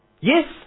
Yes